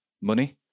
money